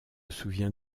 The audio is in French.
souvient